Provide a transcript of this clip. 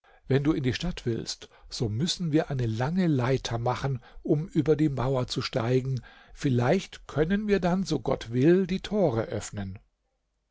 wenn du in die stadt willst so müssen wir eine lange leiter machen um über die mauer zu steigen vielleicht können wir dann so gott will die tore öffnen